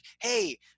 hey